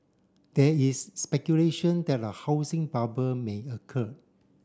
there is speculation that a housing bubble may occur